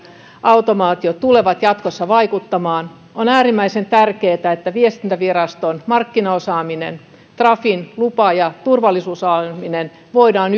automaatio tulevat jatkossa vaikuttamaan on äärimmäisen tärkeätä että viestintäviraston markkinaosaaminen ja trafin lupa ja turvallisuusosaaminen voidaan